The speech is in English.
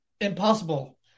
impossible